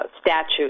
statute